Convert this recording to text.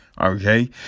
Okay